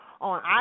on